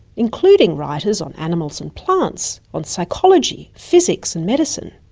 including writers on animals and plants, on psychology, physics and medicine.